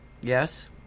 Yes